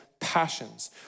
passions